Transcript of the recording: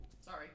Sorry